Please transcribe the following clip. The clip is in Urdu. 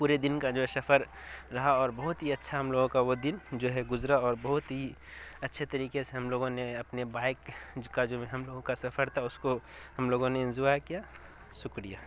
پورے دن کا جو ہے سفر رہا اور بہت ہی اچھا ہم لوگوں کا وہ دن جو ہے گزرا اور بہت ہی اچھے طریقے سے ہم لوگوں نے اپنے بائیک کا جو ہم لوگوں کا سفر تھا اس کو ہم لوگوں نے انجوائے کیا شکریہ